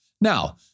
Now